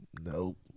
nope